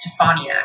Stefania